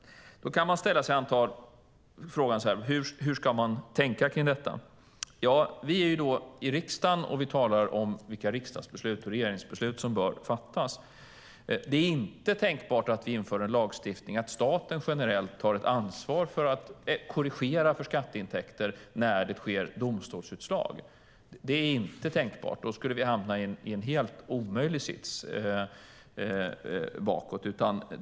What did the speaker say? Då kan man ställa sig frågan hur man ska tänka kring detta. Vi är i riksdagen nu, och här talar vi om vilka riksdags och regeringsbeslut som bör fattas. Det är inte tänkbart att vi inför en lagstiftning om att staten generellt ska ta ansvar för att korrigera för skatteintäkter när det sker domstolsutslag. Det är inte tänkbart. Då skulle vi hamna i en helt omöjlig sits.